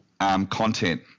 Content